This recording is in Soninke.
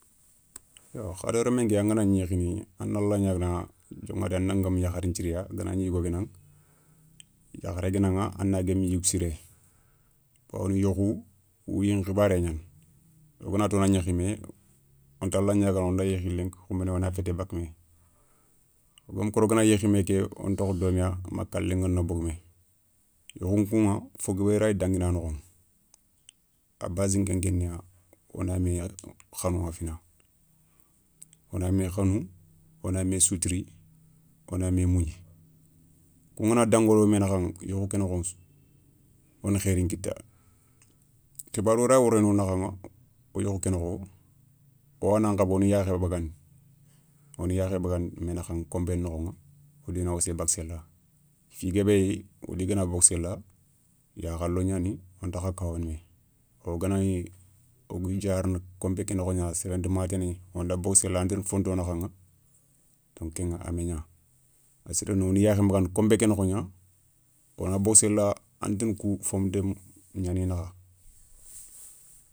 Yo hadama remmen nké angagni yékhini andala gnaga dioηadi a na nguémou yakharin thiré ya ganagni yougo geunaηa yakharé geunaηa a na gueumou yougou siré, bawoni yeukhou wouyi nkhibaré gnani. Wo ganato na gnékhimé wontala gnagana wonda yékhi lenki khoumbané wona fété bakamé. wogama kori wogana yékhimé wontokho doméya ma kalen gano bogoumé. yeukhou nkouηa fo guébé rayi danguina nokho a basi nke nkeniya wona mé khanouwa fina. wona mé khanou wona mé soutouri wona mé mougni koungana dangui wodo mé nakhaηa yokhou ké nokhon nsou wona khéri nkita khibarou rayi woréné wonakhaηa wo yeukhou ké nokho woya na nkhawa woni yakhé bagandi, wo ni yaakhé bagandi mé nakhaηa konpé nokhoηa wo di na wassé bakka séla. Fi guébé yi wodi gana bogou séla yakhalo gnani wontakha kawana méya. wo gana gni wo gui diarana konpé ké nokhoηa wonda bogou séla antini fonto nakhaηa kéηa a magna, a siréni woni yaakhé nbagandi konpé ké nokhogna, won da bogou séla antini kou foma déma gnani nakha.